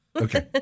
Okay